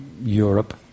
Europe